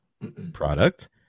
product